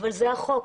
אבל זה החוק.